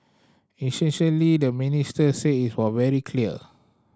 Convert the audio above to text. essentially the minister said it was very clear